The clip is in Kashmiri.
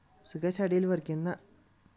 سُہ گژھِیا ڈیٚلِور کِنہٕ نہ